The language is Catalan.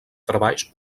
treballs